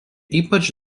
ypač